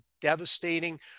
devastating